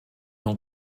ont